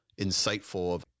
insightful